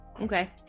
Okay